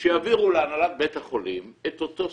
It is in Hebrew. שיעבירו להנהלת בית החולים את אותו סכום,